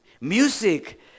Music